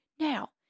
now